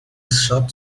short